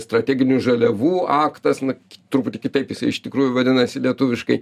strateginių žaliavų aktas na truputį kitaip jisai iš tikrųjų vadinasi lietuviškai